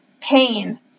pain